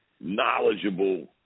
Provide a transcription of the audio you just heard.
knowledgeable